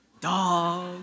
dog